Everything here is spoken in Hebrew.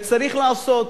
וצריך לעשות,